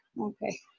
okay